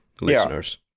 listeners